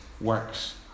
works